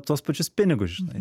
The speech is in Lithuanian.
tuos pačius pinigus žinai